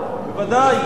בוודאי.